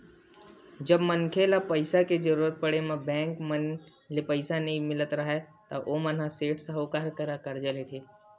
जब मनखे ल पइसा के जरुरत पड़े म बेंक मन ले पइसा नइ मिलत राहय ता ओमन ह सेठ, साहूकार करा करजा लेथे